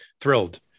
thrilled